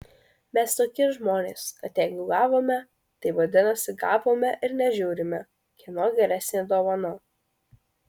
mes tokie žmonės kad jeigu gavome tai vadinasi gavome ir nežiūrime kieno geresnė dovana